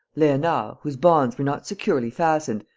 leonard, whose bonds were not securely fastened,